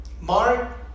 Mark